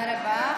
תודה רבה.